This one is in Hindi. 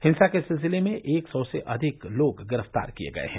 हिंसा के सिलसिले में एक सौ से अधिक लोग गिरफ्तार किये गए हैं